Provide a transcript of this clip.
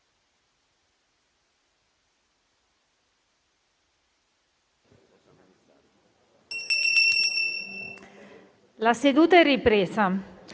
La seduta è sospesa.